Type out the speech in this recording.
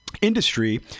industry